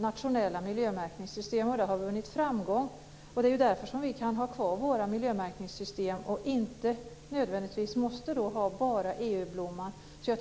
nationella miljömärkningssystem. Den linjen har vunnit framgång. Det är därför som vi kan ha kvar våra miljömärkningssystem och inte måste ha bara EU-blomman.